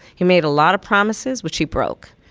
he made a lot of promises, which he broke.